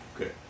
Okay